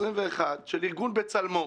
גם נקבע מועד לבקשת גורמי הביטחון,